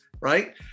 right